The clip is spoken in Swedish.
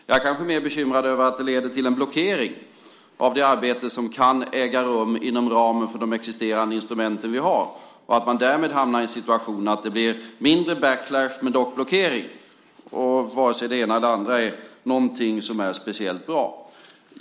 Jag är mer bekymrad över att det leder till en blockering av det arbete som kan äga rum inom ramen för de existerande instrument vi har och att man därmed hamnar i en situation att det blir mindre backlash men dock en blockering. Varken det ena eller det andra är någonting som är speciellt bra.